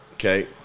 Okay